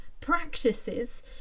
practices